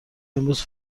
امروز